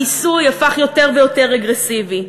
המיסוי הפך יותר ויותר רגרסיבי,